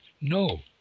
No